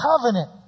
covenant